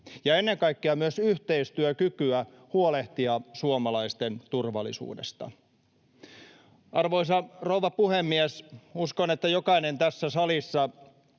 ja ennen kaikkea myös yhteistyökykyä huolehtia suomalaisten turvallisuudesta. Arvoisa rouva puhemies! Uskon, että jokainen tässä salissa